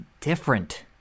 different